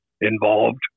involved